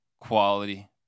quality